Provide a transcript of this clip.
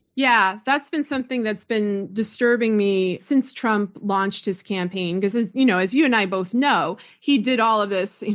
yeah. that's been something that's been disturbing me since trump launched his campaign because as you know as you and i both know, he did all of this,